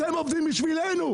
אתם עובדים בשבילנו,